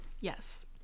yes